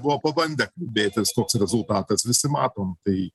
buvo pabandę kalbėtis koks rezultatas visi matom tai